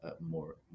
more